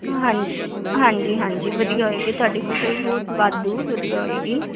ਹਾਂਜੀ ਹਾਂਜੀ ਹਾਂਜੀ ਵਧੀਆ ਹੋਵੇਗੀ ਤੁਹਾਡੀ ਫਸਲ ਬਹੁਤ ਵਾਧੂ ਵਧੀਆ ਹੋਵੇਗੀ